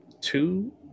two